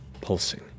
pulsing